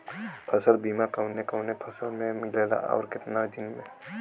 फ़सल बीमा कवने कवने फसल में मिलेला अउर कितना दिन में?